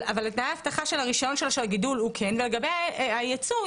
תנאי האבטחה של הרישיון שלו לגידול הוא כן ולגבי הייצוא,